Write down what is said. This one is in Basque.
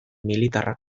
militarra